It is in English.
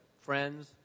friends